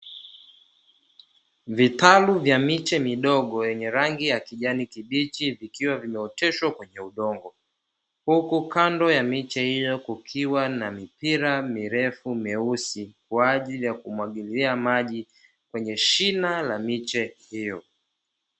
Vitalu vya miche midogo yenye rangi ya kijani kibichi, vikiwa vimeoteshwa kwenye udongo, huku kando ya miche hiyo kukiwa na mipira mirefu meusi kwa ajili ya kumwagilia maji kwenye shina la miche hio.